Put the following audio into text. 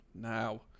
Now